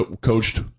coached